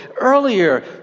Earlier